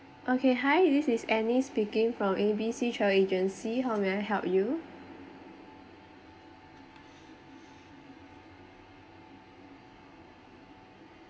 okay hi this is annie speaking from A B C travel agency how may I help you